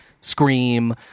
scream